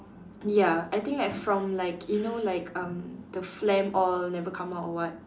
ya I think like from like you know like um the phlegm all never come out or what